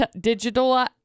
digital-